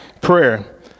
Prayer